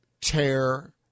tear